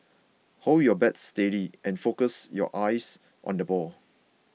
hold your bat steady and focus your eyes on the ball